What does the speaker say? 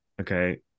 Okay